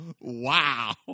Wow